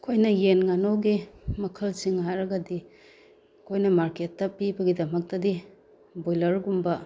ꯑꯩꯈꯣꯏꯅ ꯌꯦꯟ ꯉꯥꯅꯨꯒꯤ ꯃꯈꯜꯁꯤꯡ ꯍꯥꯏꯔꯒꯗꯤ ꯑꯩꯈꯣꯏꯅ ꯃꯥꯔꯀꯦꯠꯇ ꯄꯤꯕꯒꯤꯗꯃꯛꯇꯗꯤ ꯕꯣꯏꯂꯔꯒꯨꯝꯕ